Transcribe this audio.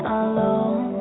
alone